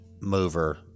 mover